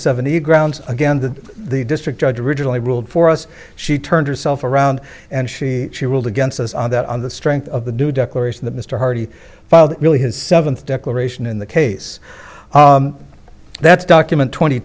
seventy grounds again that the district judge originally ruled for us she turned herself around and she she ruled against us on that on the strength of the new declaration that mr hardee filed really his seventh declaration in the case that's document twenty